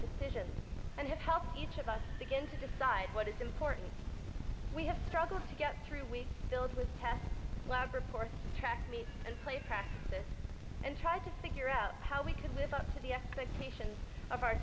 decisions and it helps each of us begin to decide what is important we have to struggle to get through we build with test lab reports track meet and play practice and try to figure out how we can live up to the expectations of our